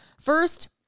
first